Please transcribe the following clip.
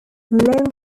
long